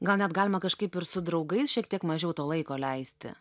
gal net galima kažkaip ir su draugais šiek tiek mažiau to laiko leisti